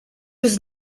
was